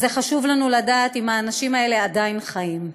חשוב לנו לדעת אם האנשים האלה עדיין חיים.